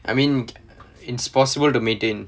I mean it's possible to maintain